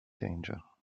danger